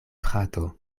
frato